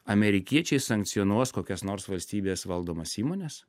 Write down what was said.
amerikiečiai sankcionuos kokias nors valstybės valdomas įmones